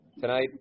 tonight